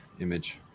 image